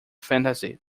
fantasy